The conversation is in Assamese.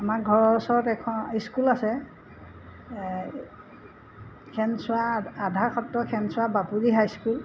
আমাৰ ঘৰৰ ওচৰত এখন স্কুল আছে খেনচোৱা আধাৰ সত্তৰ খেনচোৱা বাপুৰি হাই স্কুল